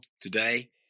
today